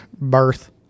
birth